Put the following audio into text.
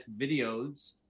videos